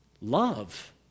Love